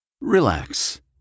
Relax